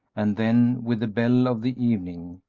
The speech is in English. and then with the belle of the evening,